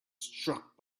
struck